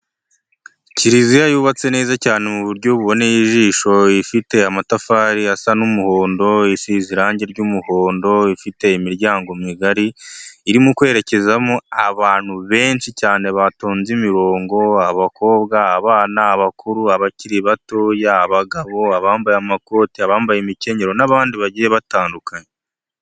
Kiliziya yubatse neza cyane mu buryo buboneye ijisho, ifite amatafari asa n'umuhondo, isize irangi ry'umuhondo, ifite imiryango migari, irimo kwerekezamo abantu benshi cyane batonze imirongo: abakobwa, abana, abakuru, abakiri batoya, abagabo, abambaye amakoti, abambaye imikenyero n'abandi bagiye batandukanye.